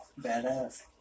badass